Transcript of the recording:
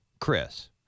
Chris